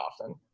often